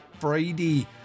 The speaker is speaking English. Friday